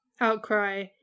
outcry